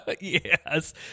Yes